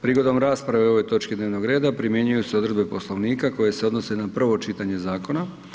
Prigodom rasprave o ovoj točki dnevnog reda primjenjuju se odredbe Poslovnika koje se odnose na prvo čitanje zakona.